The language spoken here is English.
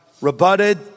rebutted